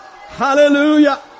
Hallelujah